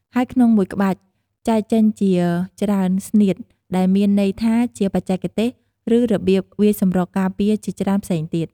ហើយក្នុងមួយក្បាច់ ចែកចេញជាច្រើន "ស្នៀត" ដែលមានន័យថាជាបច្ចេកទេស ឬរបៀបវាយសម្រុកការពារជាច្រើនផ្សេងគ្នា។